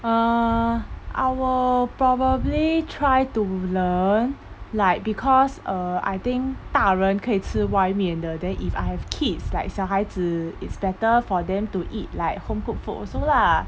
err I will probably try to learn like because err I think 大人可以吃外面的 then if I have kids like 小孩子 it's better for them to eat like home cooked food also lah